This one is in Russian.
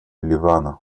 ливана